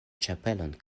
ĉapelon